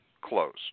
closed